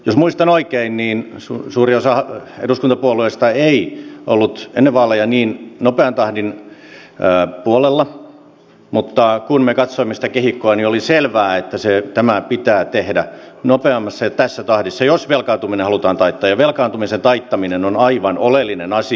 jos muistan oikein niin suurin osa eduskuntapuolueista ei ollut ennen vaaleja niin nopean tahdin puolella mutta kun me katsoimme sitä kehikkoa niin oli selvää että tämä pitää tehdä nopeammassa ja tässä tahdissa jos velkaantuminen halutaan taittaa ja velkaantumisen taittaminen on aivan oleellinen asia